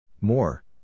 More